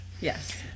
Yes